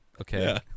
okay